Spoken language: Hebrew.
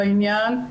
בעניין,